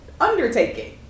undertaking